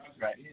Right